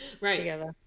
Right